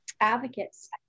advocates